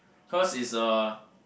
cause is a